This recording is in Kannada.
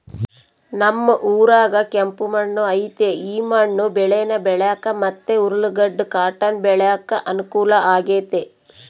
ನಮ್ ಊರಾಗ ಕೆಂಪು ಮಣ್ಣು ಐತೆ ಈ ಮಣ್ಣು ಬೇಳೇನ ಬೆಳ್ಯಾಕ ಮತ್ತೆ ಉರ್ಲುಗಡ್ಡ ಕಾಟನ್ ಬೆಳ್ಯಾಕ ಅನುಕೂಲ ಆಗೆತೆ